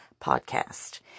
podcast